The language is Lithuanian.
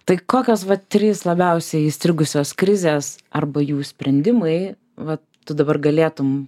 tai kokios va trys labiausiai įstrigusios krizės arba jų sprendimai vat tu dabar galėtum